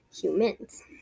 humans